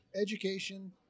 education